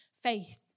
faith